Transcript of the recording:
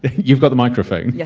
you've got the microphone. yeah